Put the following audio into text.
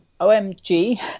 OMG